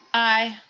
aye,